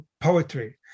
poetry